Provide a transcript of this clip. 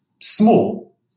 Small